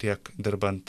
tiek dirbant